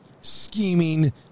scheming